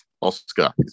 Oscar